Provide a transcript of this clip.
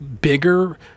bigger